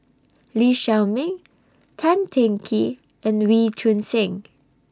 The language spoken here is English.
Lee Shao Meng Tan Teng Kee and Wee Choon Seng